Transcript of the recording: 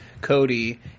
Cody